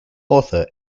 author